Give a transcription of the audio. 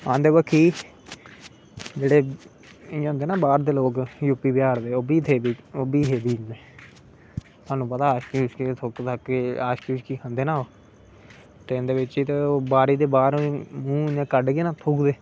आंदे बाकी जेहडे इयां होंदे ना बाहर दे लोक यूपी बिहार दे ओह् बी हे बीच में थुहनू पता आशिकी बगैरा खंदे ना ओह् बारी दे बाहर मूंह इयां कढ के ना थुकदे